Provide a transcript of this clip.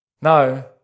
No